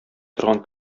торган